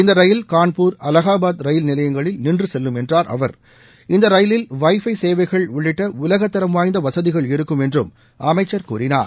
இந்த ரயில் கான்பூர் அலகாபாத் ரயில் நிலையங்களில் நின்று செல்லும் என்றார் அவர் இந்த ரயிலில் வைஃபை அடிப்படையிவான சேவைகள் உள்ளிட்ட உலகத்தரம் வாய்ந்த வசதிகள் இருக்கும் என்றும் அமைச்சர் கூறினார்